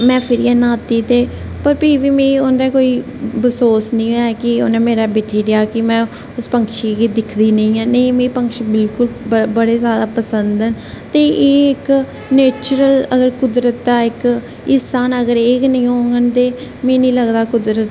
में फिरियै न्हाती ते फ्ही बी मीं उन्ने कोई बसोस निं ऐ कि उन्ने मेरे पर बिट्ठी ओड़ेआ कि में इस पैंछी गी दिक्खगी बी नेईं नेह् पंछी मिगी बड़े जादा पसंद ऐ ते एह् इक नेचर अगर कुदरत दा इक हिस्सा न अगर एह् गै निं होङन ते मीं निं लगदा कुदरत